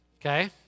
Okay